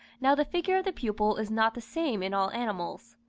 now the figure of the pupil is not the same in all animals.